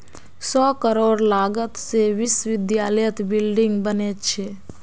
सौ करोड़ लागत से विश्वविद्यालयत बिल्डिंग बने छे